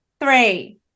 three